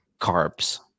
carbs